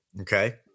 okay